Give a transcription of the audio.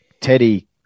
Teddy